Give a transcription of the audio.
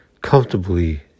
comfortably